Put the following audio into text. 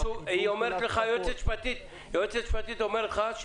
היועצת המשפטית אומרת לך,